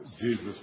Jesus